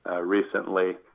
Recently